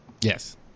Yes